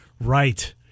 right